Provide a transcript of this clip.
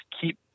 keep